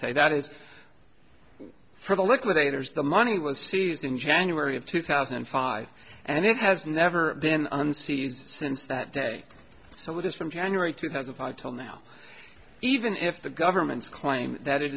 say that is for the liquidators the money was seized in january of two thousand and five and it has never been since that day so it is from january two thousand five toll now even if the government's claim that it